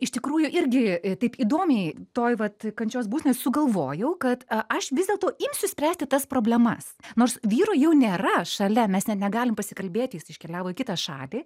iš tikrųjų irgi taip įdomiai toj vat kančios būsenoj sugalvojau kad aš vis dėlto imsiu spręsti tas problemas nors vyro jau nėra šalia mes net negalim pasikalbėti jis iškeliavo į kitą šalį